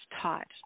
taught